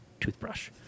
toothbrush